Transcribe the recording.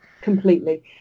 completely